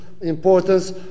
importance